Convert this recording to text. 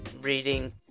reading